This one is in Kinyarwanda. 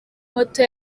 moto